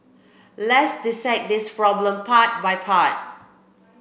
let's dissect this problem part by part